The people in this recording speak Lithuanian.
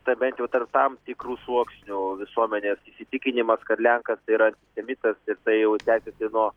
ta bent jau tarp tam tikrų sluoksnių visuomenės įsitikinimas kad lenkas tai yra elitas jisai jau tęsiąsi nuo